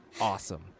awesome